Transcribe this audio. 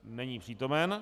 Není přítomen.